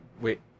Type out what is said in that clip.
wait